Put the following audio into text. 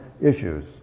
issues